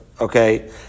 Okay